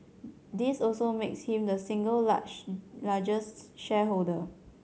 this also makes him the single largest shareholder